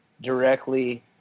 directly